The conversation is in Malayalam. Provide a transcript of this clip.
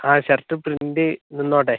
ആ ഷർട്ട് പ്രിൻ്റ് നിന്നോട്ടെ